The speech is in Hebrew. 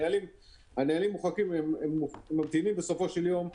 הנהלים ממתינים בסופו של יום.